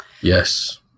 yes